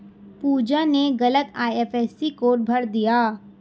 पूजा ने गलत IFSC code भर दिया